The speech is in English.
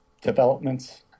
developments